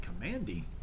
commanding